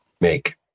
make